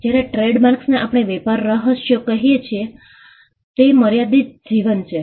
જ્યારે ટ્રેડમાર્ક્સને આપણે વેપાર રહસ્યો કહીએ છીએ તે અમર્યાદિત જીવન છે